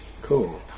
cool